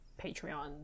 Patreon